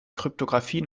kryptographie